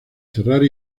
cerrar